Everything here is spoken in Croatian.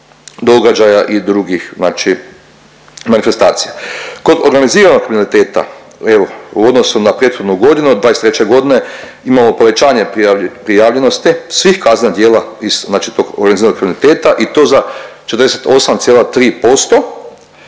događaja i drugih znači manifestacija. Kod organiziranog kriminaliteta evo u odnosu na prethodnu godinu '23. godine, imamo povećanje prijavljenosti svih kaznenih djela iz znači tog organiziranog kriminaliteta i to za 48,3%.